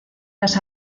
las